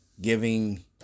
giving